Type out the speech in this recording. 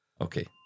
Okay